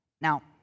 Now